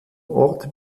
ort